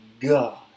God